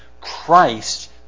Christ